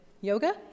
yoga